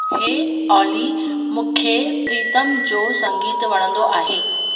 हे ऑली मूंखे प्रीतम जो संगीत वणंदो आहे